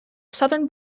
southern